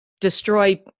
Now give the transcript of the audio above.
destroy